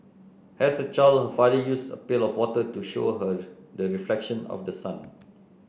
as a child her father used a pail of water to show her the reflection of the sun